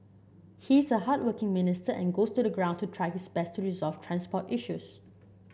he's a hardworking minister and goes to the ground to try his best to resolve transport issues